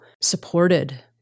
supported